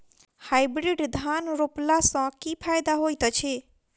Hybrid धान रोपला सँ की फायदा होइत अछि?